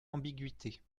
ambiguïté